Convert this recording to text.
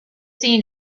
seen